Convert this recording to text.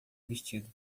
vestido